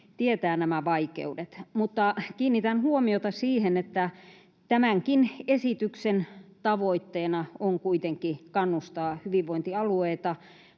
tietää nämä vaikeudet. Mutta kiinnitän huomiota siihen, että tämänkin esityksen tavoitteena on kuitenkin kannustaa hyvinvointialueita